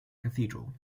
cathedral